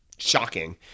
shocking